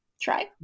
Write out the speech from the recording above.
try